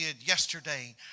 yesterday